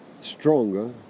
stronger